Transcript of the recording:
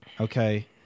Okay